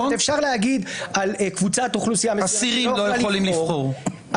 אפשר להגיד על קבוצת אוכלוסייה מסוימת שהיא לא יכולה לבחור,